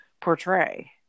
portray